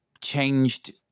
changed